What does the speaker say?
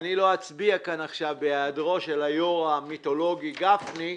אני לא אצביע כאן עכשיו בהיעדרו של היושב ראש המיתולוגי גפני,